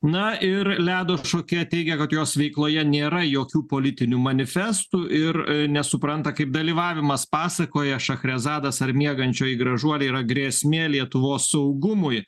na ir ledo šokėja teigia kad jos veikloje nėra jokių politinių manifestų ir nesupranta kaip dalyvavimas pasakoje šachrezadas ar miegančioji gražuolė yra grėsmė lietuvos saugumui